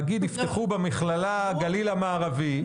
יפתחו במכללת גליל מערבי,